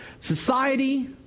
Society